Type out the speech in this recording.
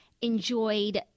enjoyed